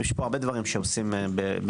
יש פה הרבה דברים שעושים במשותף.